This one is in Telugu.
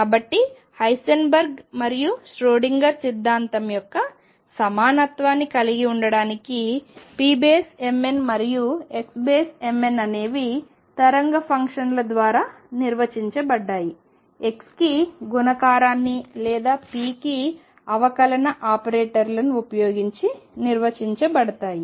కాబట్టి హైసెన్బర్గ్ మరియు ష్రోడింగర్ సిద్ధాంతం యొక్క సమానత్వాన్ని కలిగి ఉండటానికి pmn మరియు xmn అనేవి తరంగ ఫంక్షన్ల ద్వారా నిర్వచించబడ్డాయి x కి గుణకారాన్ని లేదా p కి అవకలన ఆపరేటర్లని ఉపయోగించి నిర్వచించబడతాయి